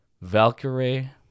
Valkyrie